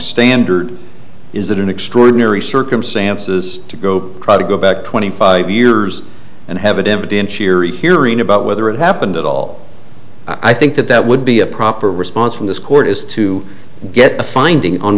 standard is that in extraordinary circumstances to go try to go back twenty five years and have a damage in cheery hearing about whether it happened at all i think that that would be a proper response from this court is to get a finding on